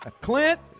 Clint